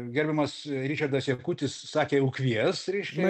gerbiamas ričardas jakutis sakė jau kvies reiškia